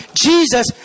Jesus